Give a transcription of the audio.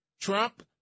Trump